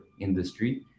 industry